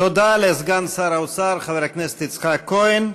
תודה לסגן שר האוצר חבר הכנסת יצחק כהן.